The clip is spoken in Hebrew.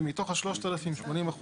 ומתוך ה-3,000 80%,